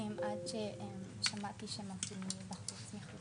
עד ששמעתי שמפגינים בחוץ.